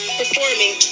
performing